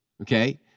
okay